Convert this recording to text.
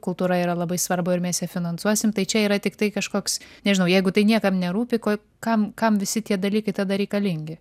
kultūra yra labai svarbu ir mes ją finansuosim tai čia yra tiktai kažkoks nežinau jeigu tai niekam nerūpi ko kam kam visi tie dalykai tada reikalingi